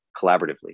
collaboratively